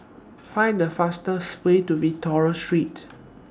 Find The fastest Way to Victoria Street